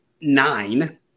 nine